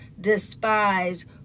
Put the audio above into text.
despise